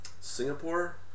Singapore